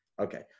Okay